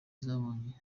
zabonye